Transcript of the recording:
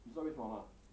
你知道为什么吗